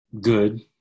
good